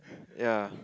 ya